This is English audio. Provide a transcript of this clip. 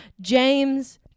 James